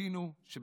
על אבינו שבשמיים".